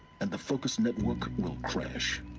and the focus network will crash